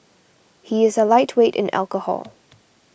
he is a lightweight in alcohol